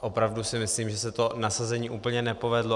Opravdu si myslím, že se to nasazení úplně nepovedlo.